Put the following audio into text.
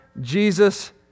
Jesus